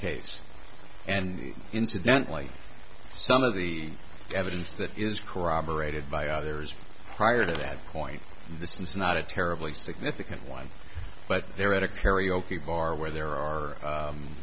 case and incidentally some of the evidence that is corroborated by others prior to that point this is not a terribly significant one but they're at a karaoke bar where there are